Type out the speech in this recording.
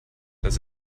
das